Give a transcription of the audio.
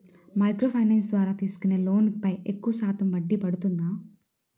Micro finance ద్వారా తీసుకునే loan పై ఎక్కువుగా ఎంత శాతం వడ్డీ పడుతుంది?